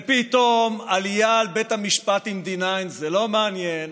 ופתאום עלייה על בית המשפט עם D9 זה לא מעניין,